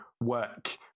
work